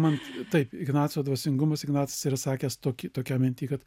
man taip ignaco dvasingumas ignacas yra sakęs tokį tokią mintį kad